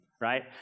right